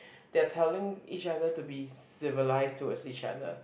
they're telling each other to be civilized towards each other